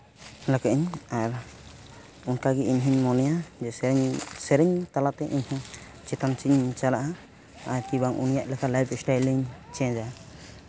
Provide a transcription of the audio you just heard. ᱞᱟᱠᱟᱜᱼᱟᱹᱧ ᱟᱨ ᱚᱱᱠᱟᱜᱮ ᱤᱧᱦᱚᱧ ᱢᱚᱱᱮᱭᱟ ᱡᱮ ᱥᱮᱨᱮᱧ ᱥᱮᱨᱮᱧ ᱛᱟᱞᱟ ᱛᱮ ᱤᱧ ᱦᱚᱸ ᱪᱮᱛᱟᱱ ᱥᱮᱡᱽ ᱤᱧ ᱪᱟᱞᱟᱜᱼᱟ ᱟᱨ ᱠᱤ ᱵᱟᱝ ᱩᱱᱤᱭᱟᱜ ᱞᱮᱠᱟ ᱞᱟᱭᱤᱯ ᱥᱴᱟᱭᱤᱞᱤᱧ ᱪᱮᱧᱡᱟ